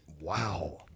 Wow